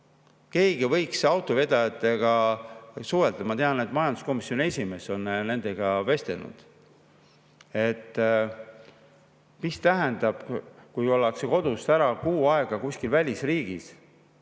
Keegi võiks autovedajatega suhelda, ma tean, et majanduskomisjoni esimees on nendega vestelnud. Mis tähendab, kui ollakse kodust ära kuu aega kuskil välisriigis?